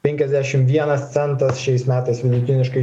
penkiasdešim vienas centas šiais metais vidutiniškai